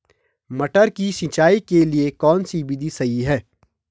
मटर की सिंचाई के लिए कौन सी विधि सही है?